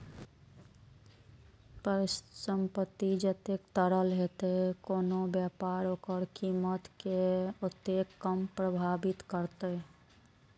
परिसंपत्ति जतेक तरल हेतै, कोनो व्यापार ओकर कीमत कें ओतेक कम प्रभावित करतै